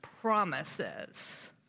promises